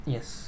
Yes